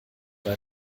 bei